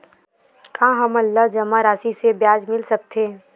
का हमन ला जमा राशि से ब्याज मिल सकथे?